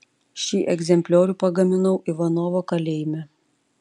šį egzempliorių pagaminau ivanovo kalėjime